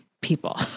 people